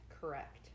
Correct